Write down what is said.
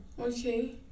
Okay